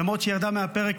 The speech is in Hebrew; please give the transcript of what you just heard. למרות שהיא ירדה מהפרק,